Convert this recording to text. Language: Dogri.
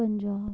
पंजाब